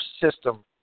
system